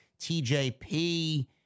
TJP